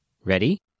Ready